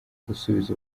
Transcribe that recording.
gusubiza